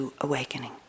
awakening